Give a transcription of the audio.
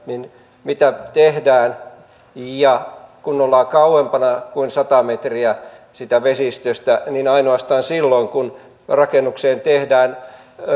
kerrotaan mitä tehdään ja kun ollaan kauempana kuin sata metriä siitä vesistöstä niin ainoastaan silloin tehdään kun rakennukseen tehdään